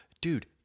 Dude